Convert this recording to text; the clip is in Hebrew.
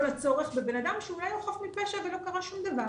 לצורך בבן אדם שאולי הוא חף מפשע ולא קרה שום דבר,